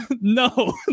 No